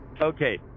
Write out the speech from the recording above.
okay